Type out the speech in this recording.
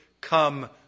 come